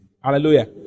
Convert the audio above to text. Hallelujah